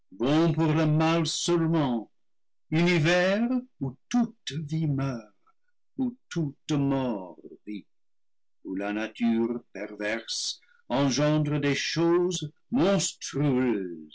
seulement univers où toute vie meurt où toute mort vit où la nature perverse engendre des choses monstrueuses